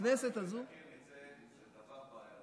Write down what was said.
הכנסת הזאת, אמרתי, לתקן את זה זה דבר בעייתי.